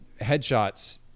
headshots